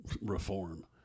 reform